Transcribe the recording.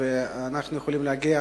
ואנחנו יכולים להגיע